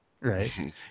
right